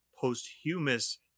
posthumous